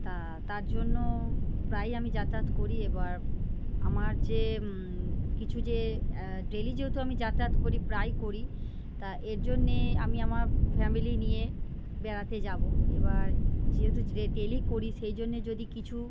তা তার জন্য প্রায়ই আমি যাতায়াত করি এবার আমার যে কিছু যে ডেইলি যেহেতু আমি যাতায়াত করি প্রায় করি তা এর জন্য আমি আমার ফ্যামিলি নিয়ে বেড়াতে যাব এবার যেহেতু যে ডেইলি করি সেই জন্য যদি কিছু